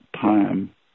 Time